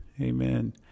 Amen